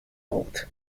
mode